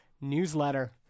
newsletter